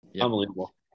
unbelievable